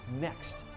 next